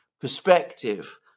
perspective